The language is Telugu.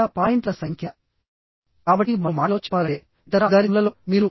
సాధారణంగా సర్క్యులర్ రాడ్స్ మరియు రోల్డ్ యాంగిల్ సెక్షన్ ని వాడుతారు